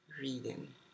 reading